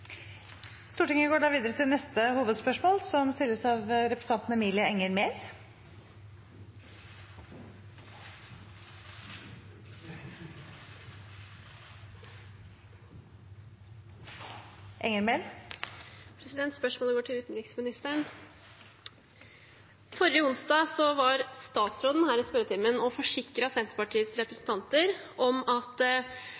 går videre til neste hovedspørsmål. Spørsmålet går til utenriksministeren. Forrige onsdag var statsministeren her i spørretimen og forsikret Senterpartiets